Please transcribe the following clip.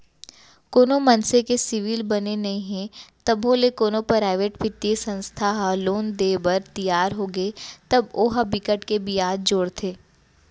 कोनो मनसे के सिविल बने नइ हे तभो ले कोनो पराइवेट बित्तीय संस्था ह लोन देय बर तियार होगे तब ओ ह बिकट के बियाज जोड़थे